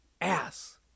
ass